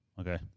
Okay